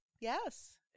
Yes